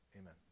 Amen